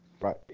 Right